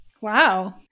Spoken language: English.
Wow